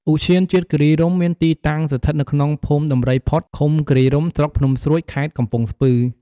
ឧទ្យានជាតិគិរីរម្យមានទីតាំងស្ថិតនៅក្នុង ភូមិដំរីផុត ឃំុគិរីរម្យ ស្រុកភ្នំស្រួច ខេត្តកំពង់ស្ពឺ។